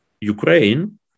Ukraine